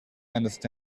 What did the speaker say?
understand